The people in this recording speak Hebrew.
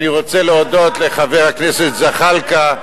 אני רוצה להודות לחבר הכנסת זחאלקה,